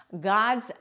God's